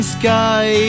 sky